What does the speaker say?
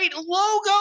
logo